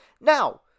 Now